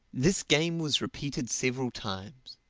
this game was repeated several times.